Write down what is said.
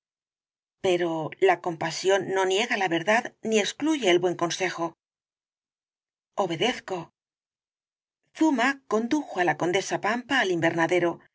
pero la compasión no niega la verdad ni excluye el buen consejo obedezco zuma condujo á la condesa pampa al invernadero en